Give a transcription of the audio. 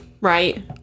right